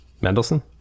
Mendelssohn